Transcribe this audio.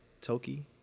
toki